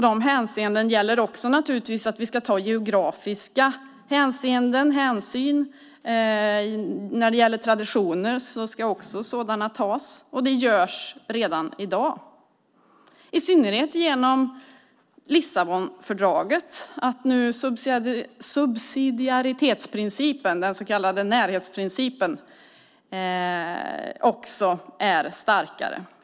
Då gäller naturligtvis också att vi ska ta geografiska hänsyn. När det gäller traditioner ska sådana hänsyn också tas. Det görs redan i dag, i synnerhet genom Lissabonfördraget. Nu är subsidiaritetsprincipen, den så kallade närhetsprincipen, också starkare.